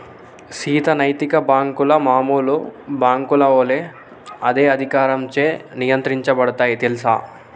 సీత నైతిక బాంకులు మామూలు బాంకుల ఒలే అదే అధికారంచే నియంత్రించబడుతాయి తెల్సా